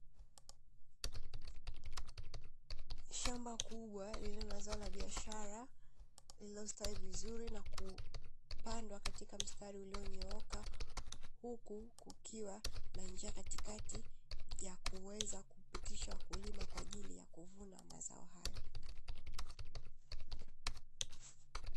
Shamba kubwa lililo na zao la biashara lililostawi vizuri na kupandwa katika mstari ulionyooka, huku kukiwa na njia katikati ya kuweza kupitisha wakulima kwa ajili ya kuvuna mazao hayo.